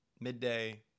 midday